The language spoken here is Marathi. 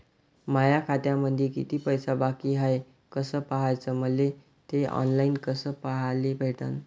माया खात्यामंधी किती पैसा बाकी हाय कस पाह्याच, मले थे ऑनलाईन कस पाह्याले भेटन?